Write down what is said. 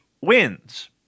wins